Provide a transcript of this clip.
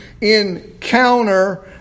encounter